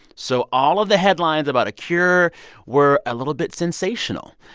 so all of the headlines about a cure were a little bit sensational.